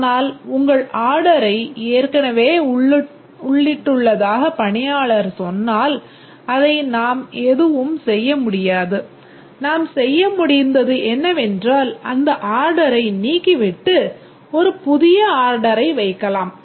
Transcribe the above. ஆனால் உங்கள் ஆர்டரை ஏற்கனவே உள்ளிட்டுள்ளதாக பணியாளர் சொன்னால் அதை நாம் எதுவும் செய்ய முடியாது நாம் செய்ய முடிந்தது என்னவென்றால் அந்த ஆர்டரை நீக்கிவிட்டு ஒரு புதிய ஆர்டரை வைக்கலாம்